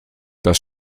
das